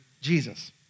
Jesus